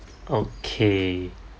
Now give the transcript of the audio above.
okay